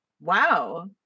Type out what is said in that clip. Wow